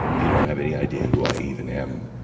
you don't have any idea who i even am,